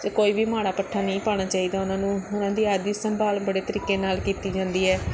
ਅਤੇ ਕੋਈ ਵੀ ਮਾੜਾ ਪੱਠਾ ਨਹੀਂ ਪਾਉਣਾ ਚਾਹੀਦਾ ਉਹਨਾਂ ਨੂੰ ਉਹਨਾਂ ਦੀ ਇਹਦੀ ਸੰਭਾਲ ਬੜੇ ਤਰੀਕੇ ਨਾਲ ਕੀਤੀ ਜਾਂਦੀ ਹੈ